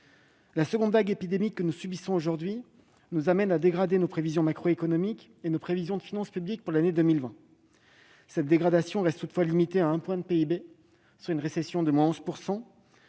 La seconde vague épidémique que nous subissons aujourd'hui nous a conduits à dégrader nos prévisions macroéconomiques et nos prévisions de finances publiques pour 2020. Toutefois, cette dégradation reste limitée, à 1 point de PIB, soit une récession de 11 %.